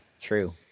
True